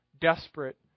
desperate